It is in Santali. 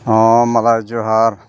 ᱦᱮᱸ ᱢᱟᱞᱟ ᱡᱚᱦᱟᱨ